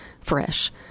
fresh